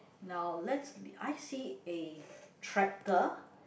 now let's may I see a tractor